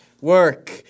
Work